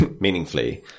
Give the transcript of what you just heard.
meaningfully